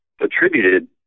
attributed